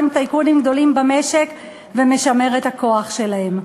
טייקונים גדולים במשק ומשמר את הכוח שלהם.